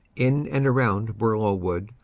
in and around bourlon wood,